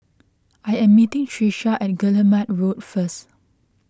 I am meeting Trisha at Guillemard Road first